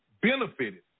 benefited